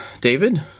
David